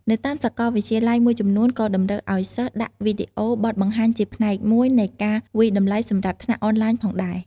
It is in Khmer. នៅតាមសកលវិទ្យាល៏យមួយចំនួនក៏តម្រូវឱ្យសិស្សដាក់វីដេអូបទបង្ហាញជាផ្នែកមួយនៃការវាយតម្លៃសម្រាប់ថ្នាក់អនឡាញផងដែរ។